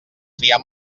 triar